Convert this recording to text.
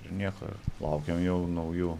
ir nieko laukiam jau naujų